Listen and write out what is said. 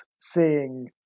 seeing